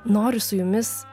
noriu su jumis